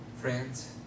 Friends